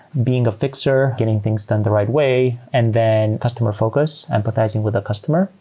being a fixer, getting things done the right way, and then customer focus, empathizing with the customer.